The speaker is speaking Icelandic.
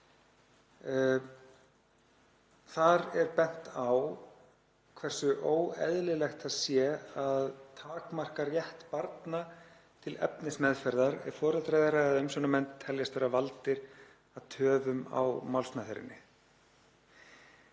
Þar er bent á hversu óeðlilegt sé að takmarka rétt barna til efnismeðferðar ef foreldrar þeirra eða umsjónarmenn teljast vera valdir að töfum á málsmeðferðinni.